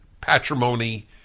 patrimony